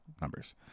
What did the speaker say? numbers